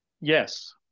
Yes